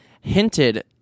hinted